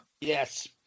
Yes